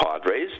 Padres